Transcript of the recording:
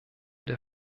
der